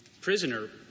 prisoner